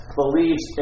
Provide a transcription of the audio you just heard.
believes